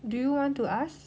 do you want to ask